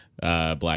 Black